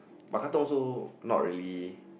but Katong also not really